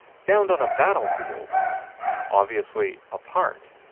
found on a battlefield obviously a part